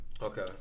Okay